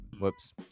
Whoops